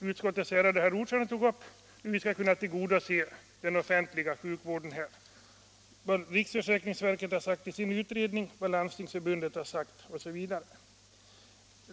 Utskottets ärade herr ordförande tog upp frågan om hur vi skall kunna tillgodose den offentliga sjukvårdens behov av sjukgymnastiska insatser och hänvisade till vad riksförsäkringsverket har sagt i sin utredning, vad Landstingsförbundet har anfört osv.